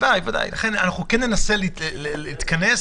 בוודאי, ולכן אנחנו ננסה להתכנס.